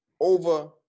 over